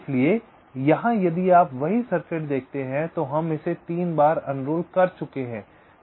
इसलिए यहां यदि आप वही सर्किट देखते हैं तो हम इसे 3 बार उणरोल कर चुके हैं